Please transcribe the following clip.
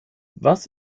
was